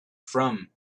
from